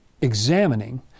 examining